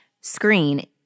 screen